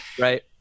Right